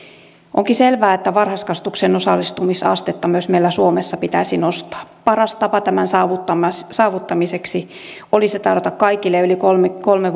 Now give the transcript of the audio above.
onkin selvää että varhaiskasvatukseen osallistumisastetta myös meillä suomessa pitäisi nostaa paras tapa tämän saavuttamiseksi olisi tarjota kaikille yli kolme